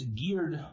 geared